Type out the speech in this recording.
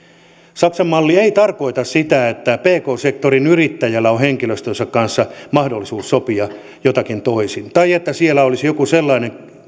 saksan malli ei tarkoita sitä että pk sektorin yrittäjällä on henkilöstönsä kanssa mahdollisuus sopia jotakin toisin tai että siellä olisi joku sellainen